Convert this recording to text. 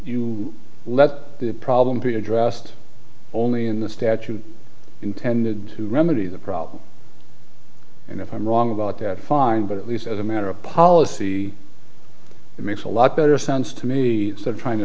you let the problem be addressed only in the statute intended to remedy the problem and if i'm wrong about that fine but at least as a matter of policy it makes a lot better sense to me that trying to